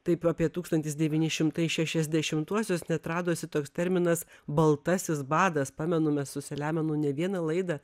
taip apie tūkstantis devyni šimtai šešiasdešimtuosius net radosi toks terminas baltasis badas pamenu mes su selemonu ne vieną laidą